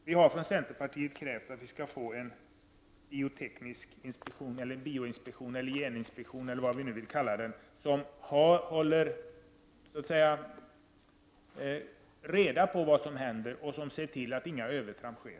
Vi har från centerpartiet krävt att man skall inrätta en inspektion, som håller reda på vad som händer och ser till att inga övertramp sker — en bioteknisk inspektion, bioinspektion, geninspektion eller vad vi nu vill kalla den.